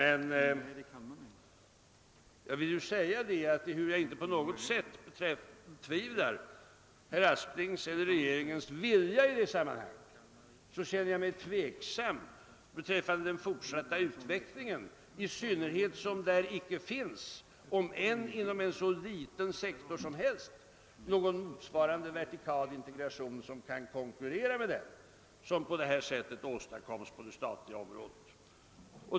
Ehuru jag inte på något sätt betvivlar vare sig herr Asplings eller regeringens vilja i detta sammanhang, känner jag mig tveksam - beträffande den fortsatta utvecklingen, i synnerhet som det icke finns — om än inom en så liten sektor som helst — någon motsvarande vertikal integration som kan konkurrera med den som på det här sättet åstadkommes på det ståtliga området.